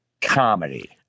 comedy